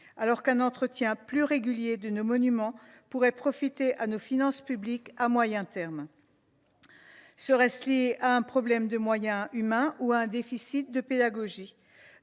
alors qu’un entretien plus régulier de nos monuments profiterait à nos finances publiques à moyen terme ? Est ce lié à un problème de moyens humains ou à un déficit de pédagogie ?